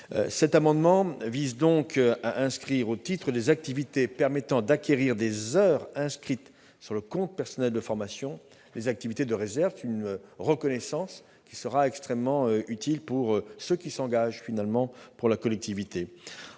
Cet amendement a pour objet d'inscrire, au titre des activités permettant d'acquérir des heures inscrites sur le compte personnel de formation, les activités de réserve. C'est une reconnaissance qui sera extrêmement utile pour ceux qui s'engagent pour la collectivité.